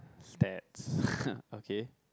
stats okay